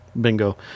Bingo